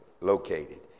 located